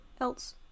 else